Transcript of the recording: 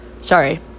sorry